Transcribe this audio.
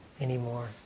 anymore